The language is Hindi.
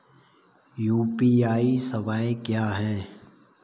यू.पी.आई सवायें क्या हैं?